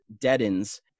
deadens